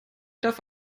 darf